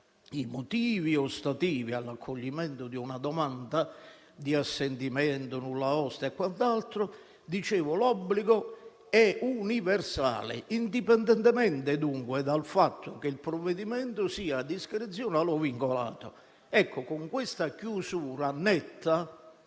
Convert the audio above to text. i motivi ostativi all'accoglimento di una domanda di assentimento, nulla osta e quant'altro, è universale, indipendentemente dunque dal fatto che il provvedimento sia discrezionale o vincolato. Con questa chiusura netta